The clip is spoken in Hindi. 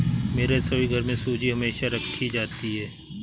मेरे रसोईघर में सूजी हमेशा राखी रहती है